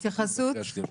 התייחסות.